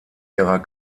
ihrer